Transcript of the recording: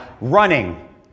running